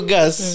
gas